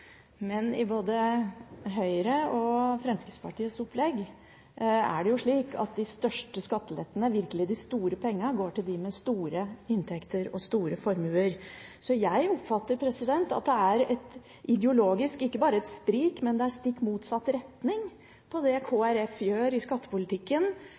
men i både Høyre og Fremskrittspartiets opplegg er det slik at de største skattelettene – de virkelig store pengene – går til dem med store inntekter og store formuer. Så jeg oppfatter at det ideologisk ikke bare er et sprik, men det er en stikk motsatt retning på det